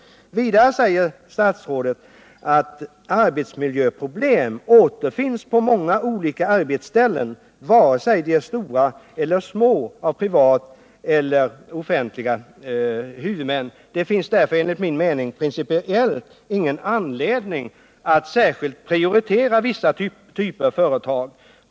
Vidare säger statsrådet: ”Arbetsmiljöproblem återfinns på många olika arbetsställen vare sig de är stora eller små, har privata eller offentliga huvudmän. Det finns därför enligt min mening principiellt ingen anledning att särskilt prioritera vissa typer av företag.